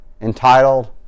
Entitled